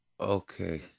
Okay